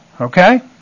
Okay